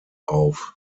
auf